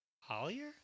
Hollier